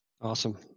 Awesome